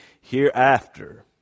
hereafter